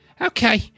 Okay